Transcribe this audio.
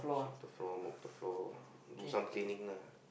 sweep the floor mop the floor do some cleaning lah